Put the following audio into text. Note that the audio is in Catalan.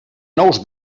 nous